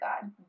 God